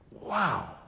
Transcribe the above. Wow